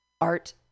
art